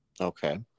Okay